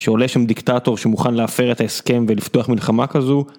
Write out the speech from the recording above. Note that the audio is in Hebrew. שעולה שם דיקטטור שמוכן לאפר את ההסכם ולפתוח מלחמה כזו.